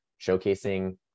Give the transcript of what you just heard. showcasing